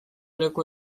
leku